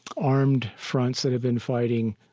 armed fronts that have been fighting,